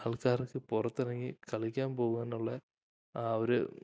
ആൾക്കാർക്കു പുറത്തിറങ്ങി കളിക്കാൻ പോവാനുള്ള ആ ഒരു